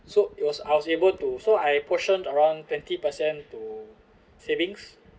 so it was I was able to so I apportioned around twenty percent to savings